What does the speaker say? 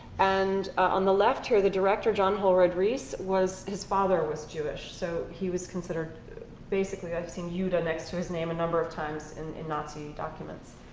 and on the left here, the director, john holroyd-reece, his father was jewish. so he was considered basically i've seen uda next to his name a number of times and in nazi documents.